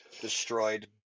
destroyed